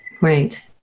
right